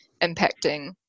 impacting